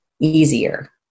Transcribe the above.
easier